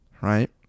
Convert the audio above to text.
right